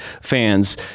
fans